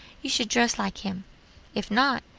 you should dress like him if not,